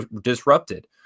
disrupted